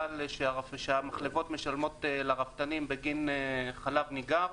שהמחלבות משלמות לרפתנים בגין חלב ניגר.